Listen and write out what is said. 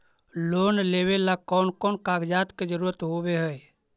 Loan लेबे ला कौन कौन कागजात के जरुरत होबे है?